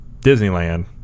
disneyland